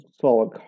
solid